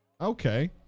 okay